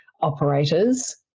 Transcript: operators